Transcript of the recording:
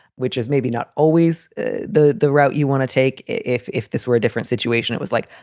which is maybe not always the the route you want to take. if if this were a different situation, it was like,